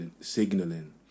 signaling